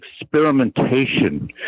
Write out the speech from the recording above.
experimentation